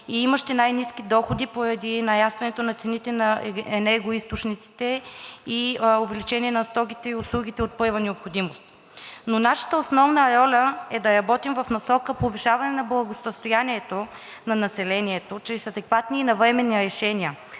и имащи най-ниски доходи поради нарастване цените на енергоизточниците и увеличение на цените на стоките и услугите от първа необходимост. Нашата основна роля е да работим в насока повишаване благосъстоянието на населението чрез адекватни и навременни решения.